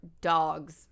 dogs